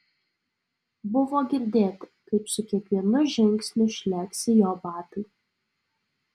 buvo girdėti kaip su kiekvienu žingsniu žlegsi jo batai